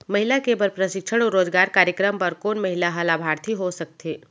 महिला के बर प्रशिक्षण अऊ रोजगार कार्यक्रम बर कोन महिला ह लाभार्थी हो सकथे?